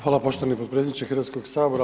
Hvala poštovani potpredsjedniče Hrvatskog sabora.